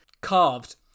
carved